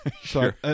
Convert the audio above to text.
sure